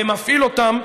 ומפעיל אותם,